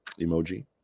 emoji